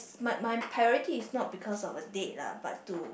my my priority is not because of a date lah but to